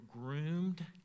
groomed